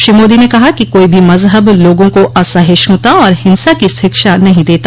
श्री मोदी ने कहा कि कोई भी मजहब लोगों को असहिष्णुता और हिंसा की शिक्षा नहीं देता